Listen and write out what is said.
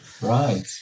Right